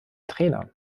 trainer